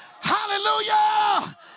Hallelujah